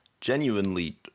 genuinely